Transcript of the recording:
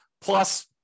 Plus